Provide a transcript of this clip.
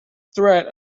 threat